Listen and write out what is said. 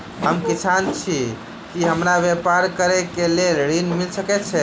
हम किसान छी की हमरा ब्यपार करऽ केँ लेल ऋण मिल सकैत ये?